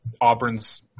Auburn's